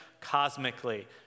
cosmically